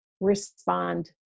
respond